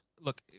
look